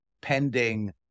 pending